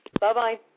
Bye-bye